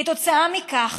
כתוצאה מכך,